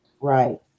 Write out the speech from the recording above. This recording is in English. Right